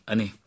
Ani